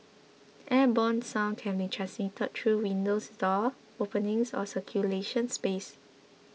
airborne sound can be transmitted through windows doors openings or circulation space